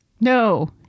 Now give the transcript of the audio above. No